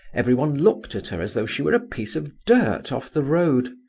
everyone looked at her as though she were a piece of dirt off the road.